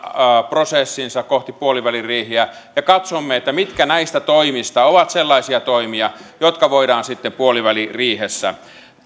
prosessinsa kohti puoliväliriiheä ja katsomme mitkä näistä toimista ovat sellaisia toimia jotka voidaan sitten puoliväliriihessä päättää